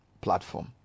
platform